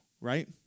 right